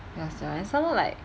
ya sia and some more like